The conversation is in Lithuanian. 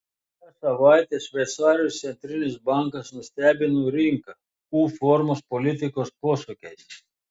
šią savaitę šveicarijos centrinis bankas nustebino rinką u formos politikos posūkiais